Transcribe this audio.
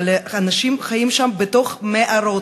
אבל אנשים חיים שם בתוך מערות.